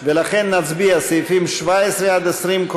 ולכן נצביע על סעיפים 17 20,